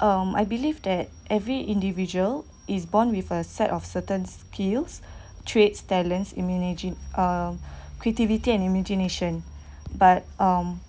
um I believe that every individual is born with a set of certain skills traits talents in managing uh creativity and imagination but um